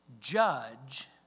judge